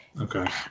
Okay